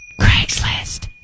Craigslist